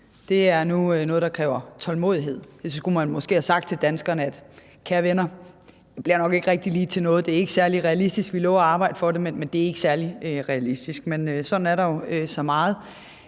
er nu noget, der kræver tålmodighed. Man skulle måske have sagt til danskerne: Kære venner, det bliver nok ikke rigtig lige til noget. Det er ikke særlig realistisk, men vi lover at arbejde for det. Men sådan er der jo så meget.